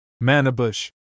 Manabush